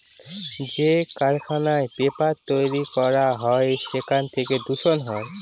যে কারখানায় পেপার তৈরী করা হয় সেখান থেকে দূষণ হয়